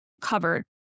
covered